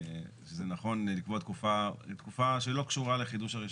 נכון לקבוע תקופה שלא קשורה לחידוש הרישיון.